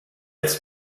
its